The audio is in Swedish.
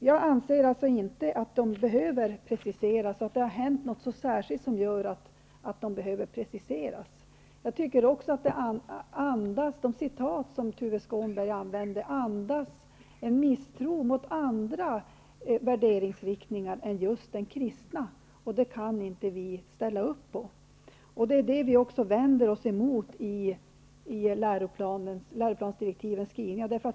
Jag anser alltså inte att dessa begrepp behöver preciseras och att det har hänt något särskilt som gör att de måste preciseras. De citat som Tuve Skånberg anförde andas en misstro mot andra värderingsriktningar än just den kristna, och det kan vi inte ställa upp på. Det är också det vi vänder oss mot i läroplansdirektivens skrivningar.